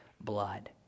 blood